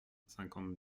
cinquante